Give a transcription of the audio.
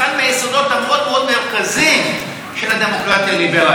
המאוד-מאוד מרכזיים של הדמוקרטיה הליברלית.